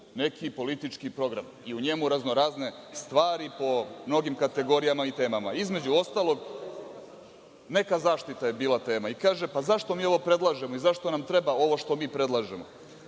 neki politički program i u njemu raznorazne stvari po mnogim kategorijama i temama, između ostalog, neka zaštita je bila tema. Kaže – zašto mi ovo predlažemo i zašto nam treba ovo što mi predlažemo?